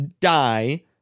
die